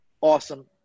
Awesome